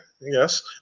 yes